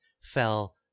fell